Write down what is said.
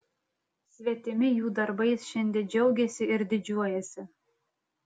svetimi jų darbais šiandie džiaugiasi ir didžiuojasi